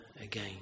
again